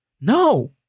No